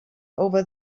over